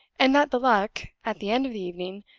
and that the luck, at the end of the evening,